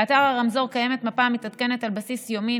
באתר הרמזור קיימת מפה המתעדכנת על בסיס יומי.